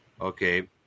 okay